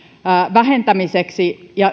vähentämiseksi ja